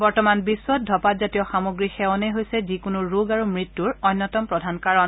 বৰ্তমান বিশ্বত ধঁপাত জাতীয় সামগ্ৰী সেৱনেই হৈছে যিকোনো ৰোগ আৰু মৃত্যূৰ অন্যতম প্ৰধান কাৰণ